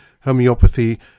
homeopathy